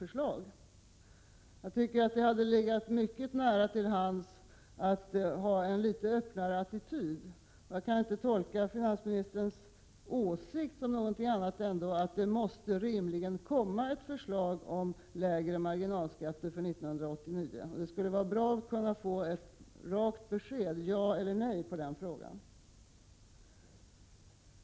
Det borde ha legat närmare till hands med en litet öppnare attityd. Jag kan inte tolka finansministerns åsikt på annat sätt än att det rimligen måste komma ett förslag om lägre marginalskatter för 1989. Det skulle vara bra om jag kunde få ett rakt besked, ja eller nej, i den frågan.